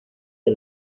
que